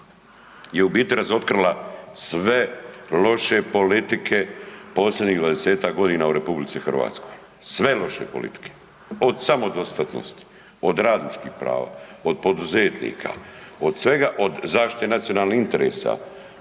je u biti razotkrila sve loše politike posljednjih dvadesetak godina u RH, sve loše politike, od samodostatnosti, od radničkih prava, od poduzetnika, od svega od zaštite nacionalnih interesa.